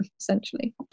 essentially